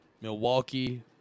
Milwaukee